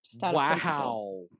Wow